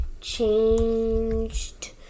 changed